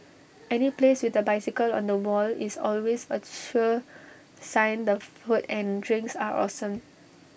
any place with A bicycle on the wall is always A sure sign the food and drinks are awesome